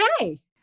Okay